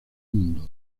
mundo